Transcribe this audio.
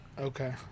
Okay